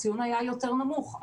הציון היה יותר נמוך.